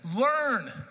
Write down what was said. learn